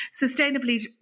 sustainably